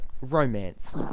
romance